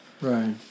Right